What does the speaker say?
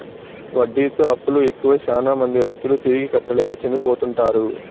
వడ్డీతో అప్పులు ఎక్కువై శ్యానా మంది రైతులు తిరిగి కట్టలేక చనిపోతుంటారు